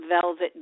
velvet